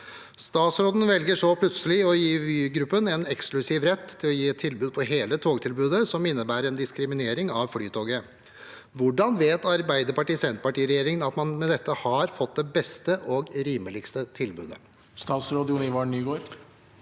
Statsråden velger så plutselig å gi Vy-gruppen en eksklusiv rett til å gi et tilbud på hele togtilbudet, som innebærer en diskriminering av Flytoget. Hvordan vet Arbeiderparti–Senterparti-regjeringen at man med dette har fått det beste og rimeligste tilbudet?» Statsråd Jon-Ivar Nygård